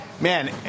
Man